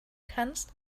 kannst